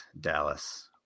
Dallas